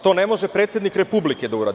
To ne može predsednik Republike da uradi.